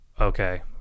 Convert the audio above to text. okay